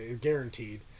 guaranteed